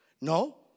No